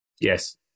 Yes